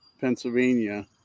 Pennsylvania